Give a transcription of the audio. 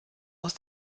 aus